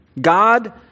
God